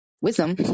wisdom